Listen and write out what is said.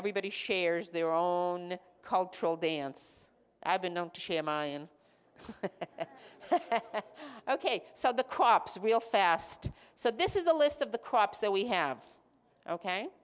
everybody shares their own cultural dance i've been known to share mine ok so the cops real fast so this is a list of the crops that we have ok